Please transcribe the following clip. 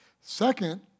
Second